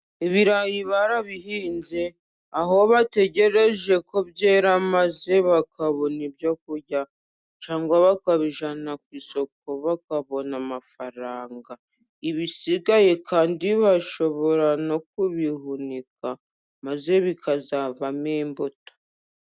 Ibirayi barabihinze, aho bategereje ko byera maze bakabona ibyo kurya cyangwa bakabijyana ku isoko bakabona amafaranga, ibisigaye kandi bashobora no kubihunika maze bikazavamo imbuto.